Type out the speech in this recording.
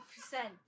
percent